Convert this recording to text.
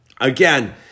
Again